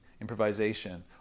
improvisation